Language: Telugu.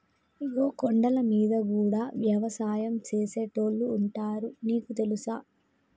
ఇగో కొండలమీద గూడా యవసాయం సేసేటోళ్లు ఉంటారు నీకు తెలుసా